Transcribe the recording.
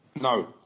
No